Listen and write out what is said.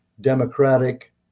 Democratic